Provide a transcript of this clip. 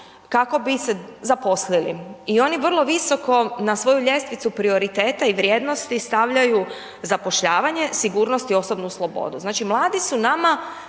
kako bi se zaposlili i oni vrlo visoku na svoju ljestvicu prioriteta i vrijednosti stavljaju zapošljavanje, sigurnost i osobnu slobodu. Znači mladi su nama,